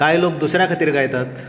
कांय लोक दुसऱ्या खातीर गायतात